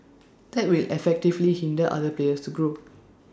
that will effectively hinder other players to grow